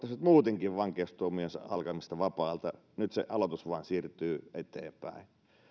muutenkin odottaisivat vankeustuomionsa alkamista vapaalla nyt se aloitus vain siirtyy eteenpäin